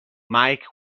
mike